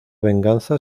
venganza